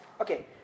Okay